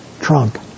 trunk